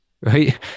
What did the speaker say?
right